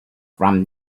from